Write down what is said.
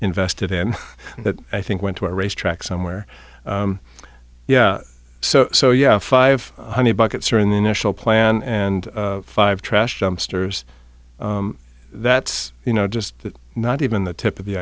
invested in that i think went to a racetrack somewhere yeah so so yeah five hundred buckets are in the initial plan and five trash dumpsters that's you know just not even the tip of the